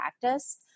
practice